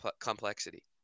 complexity